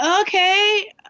Okay